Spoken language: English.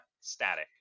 static